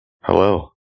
Hello